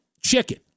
chicken